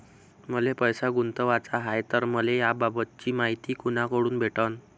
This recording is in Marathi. मले पैसा गुंतवाचा हाय तर मले याबाबतीची मायती कुनाकडून भेटन?